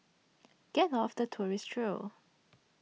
get off the tourist trail